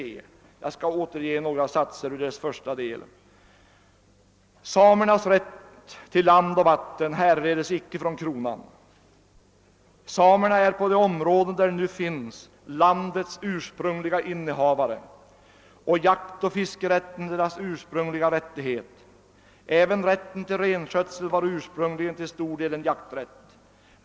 Jag återger några meningar ur dess första del: »Samernas rätt till land och vatten härledes icke från kronan. Samerna är på de områden där de nu finns Jlandets ursprungliga innehavare, och jakt och fiskerätten är deras ursprungligaste rättigheter! Även rätten till renskötsel var ursprungligen till stor del en jakträtt.